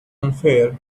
unfair